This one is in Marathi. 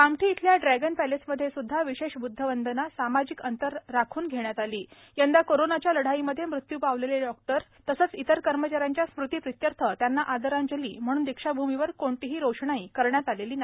कामठी येथील ड्रॅगन पॅलेसमध्ये सुद्धा विशेष ब्द्धवंदना सामाजिक अंतर राखून घेण्यात आली यंदा कोरोणाच्या लढाईमध्ये मृत्यू पावलेले डॉक्टर तसेच इतर कर्मचाऱ्यांच्या स्मृतीप्रित्यर्थ त्यांना आदरांजली म्हणून दीक्षाभूमीवर कुठलीही रोषणाई आज करण्यात आली नाही